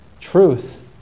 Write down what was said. truth